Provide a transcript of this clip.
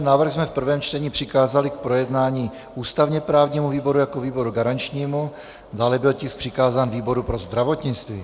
Návrh jsme v prvém čtení přikázali k projednání ústavněprávnímu výboru jako výboru garančnímu, dále byl tisk přikázán výboru pro zdravotnictví.